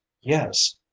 yes